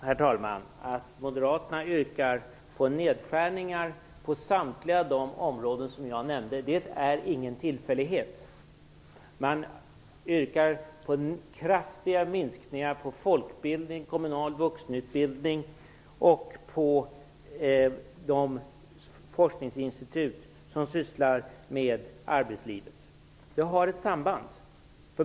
Herr talman! Faktum är att moderaterna yrkar på nedskärningar på samtliga de områden som jag nämnde. Det är ingen tillfällighet. Man yrkar på kraftiga minskningar på folkbildning, kommunal vuxenutbildning och på de forskningsinstitut som sysslar med arbetslivet. Det har ett samband.